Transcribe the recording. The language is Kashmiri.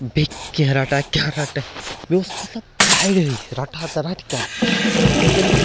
بیٚیہِ کیٚنٛہہ رَٹا کیٛاہ رَٹہٕ مےٚ اوس مطلب اَیڈِہٕے رَٹہا تہٕ رَٹہٕ کیٛاہ بہٕ لیکِن